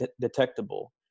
detectable